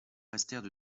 restèrent